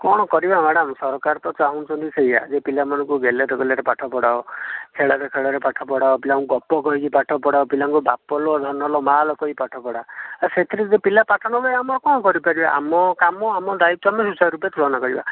କଣ କରିବା ମ୍ୟାଡ଼ାମ ସରକାର ତ ଚାହୁଁଛନ୍ତି ସେଇୟା ଯେ ପିଲାମାନଙ୍କୁ ଗେଲରେ ଗେଲରେ ପାଠ ପଢ଼ାଅ ଖେଳରେ ଖେଳରେ ପାଠ ପଢ଼ାଅ ପିଲାଙ୍କୁ ଗପ କହିକି ପାଠ ପଢ଼ାଅ ପିଲାଙ୍କୁ ବାପ ଲୋ ଧନ ଲୋ ମା ଲୋ କହିକି ପାଠ ପଢ଼ାଅ ସେଥିରେ ପିଲା ପାଠ ନପଢ଼ିଲେ ଆମେ ଆଉ କଣ କରି ପାରିବା ଆମ କାମ ଆମ ଦାୟିତ୍ୱ ଆମେ ସୁଚାର ରୂପେ ତୁଳନା କରିବା